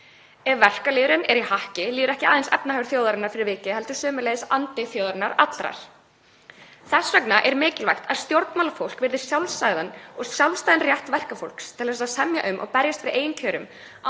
Ef verkalýðurinn er í hakki líður ekki aðeins efnahagur þjóðarinnar fyrir það heldur sömuleiðis andi þjóðarinnar allrar. Það er mikilvægt að stjórnmálafólk virði sjálfsagðan og sjálfstæðan rétt verkafólks til að semja um og berjast fyrir eigin kjörum án